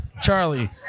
Charlie